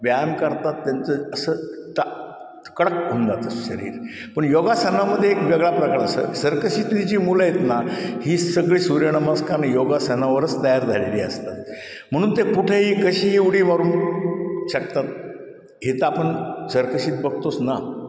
व्यायाम करतात त्यांचं असं टा कडक होऊन जातं शरीर पण योगासनामध्ये एक वेगळा प्रकार अस सर्कशितली जी मुलं येत ना ही सगळी सूर्यनमस्कार आणि योगासनावरच तयार झालेली असतात म्हणून ते कुठंही कशीही उडी मारून शकतात हे तर आपण सर्कशित बघतोच ना